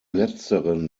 letzteren